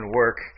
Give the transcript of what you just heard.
work